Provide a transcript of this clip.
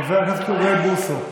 חבר הכנסת אוריאל בוסו,